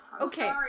Okay